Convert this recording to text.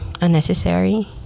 unnecessary